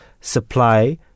supply